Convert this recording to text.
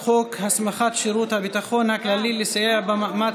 חוק הסמכת שירות הביטחון הכללי לסייע במאמץ